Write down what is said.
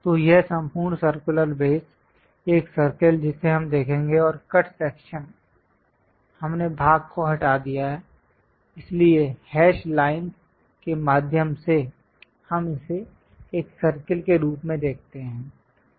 तो यह संपूर्ण सर्कुलर बेस एक सर्कल जिसे हम देखेंगे और कट सेक्शन हमने भाग को हटा दिया इसलिए हैश लाइनस् के माध्यम से हम इसे एक सर्कल के रूप में देखते हैं